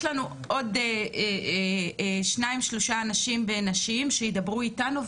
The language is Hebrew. יש לנו עוד שניים שלושה אנשים ונשים שידברו איתנו,